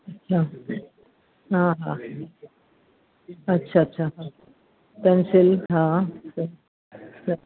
अच्छा हा हा अच्छा अच्छा पैंसिल हा